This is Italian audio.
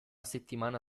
settimana